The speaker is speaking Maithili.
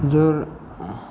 जोर